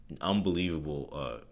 unbelievable